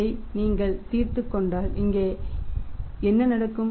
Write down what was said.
இதை நீங்கள் தீர்த்துக் கொண்டால் இங்கே என்ன நடக்கும்